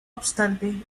obstante